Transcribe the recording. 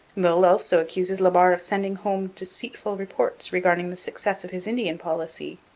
meulles also accuses la barre of sending home deceitful reports regarding the success of his indian policy.